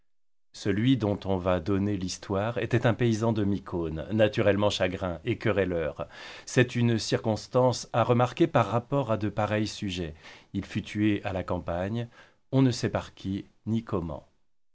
celui dont on va donner l'histoire était un paysan de mycone naturellement chagrin et querelleur c'est une circonstance à remarquer par rapport à de pareilles sujets il fut tué à la campagne on ne sait par qui ni comment